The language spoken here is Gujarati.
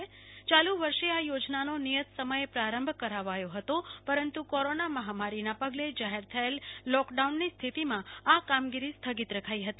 યાલુ વર્ષે આ યોજનાનો નિયત સમય પ્રારંભ કરાવાયો હતો પરંતુ કોરોના મહામારીના પગલે જાહેર થયેલ લોકડાઉનની સ્થિતિમાં આ કામગીરી સ્થગિત રખાઈ હતી